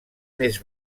més